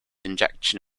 injection